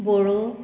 Bodo